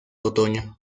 otoño